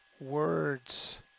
Words